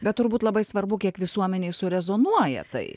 bet turbūt labai svarbu kiek visuomenėj surezonuoja tai